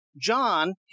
John